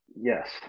yes